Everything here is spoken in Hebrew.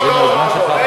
זה מהזמן שלך.